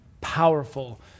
powerful